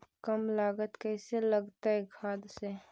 कम लागत कैसे लगतय खाद से?